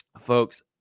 folks